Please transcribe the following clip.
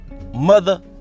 Mother